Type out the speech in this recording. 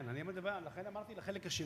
בחלק הראשון אני לא, כן, לכן אמרתי לחלק השני.